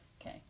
Okay